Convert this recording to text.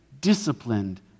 disciplined